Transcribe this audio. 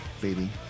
baby